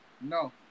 No